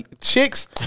chicks